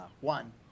one